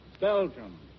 Belgium